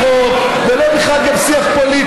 לא על החוק, ובכלל גם לא שיח פוליטי.